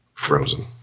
frozen